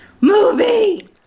movie